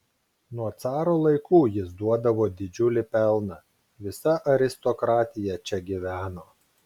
nuo caro laikų jis duodavo didžiulį pelną visa aristokratija čia gyveno